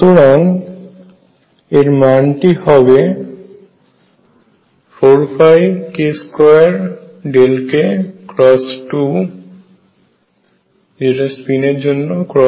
সুতরাং এর মান টি হবে 4πk2Δk×2 স্পিন এর জন্য V83